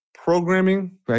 programming